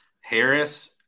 harris